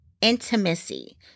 intimacy